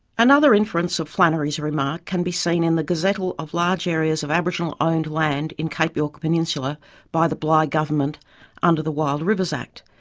another inference of flannery's remark can be seen in the gazettal of large areas of aboriginal-owned land in cape york peninsula by the bligh government under the wild rivers act.